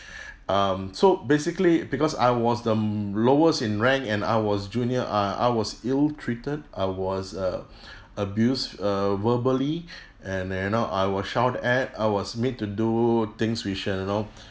um so basically because I was the lowest in rank and I was junior uh I was ill treated I was uh abuse uh verbally and you know I was shout at I was made to do things which you know